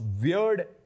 weird